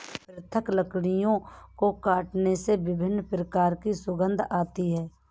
पृथक लकड़ियों को काटने से विभिन्न प्रकार की सुगंध आती है